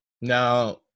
Now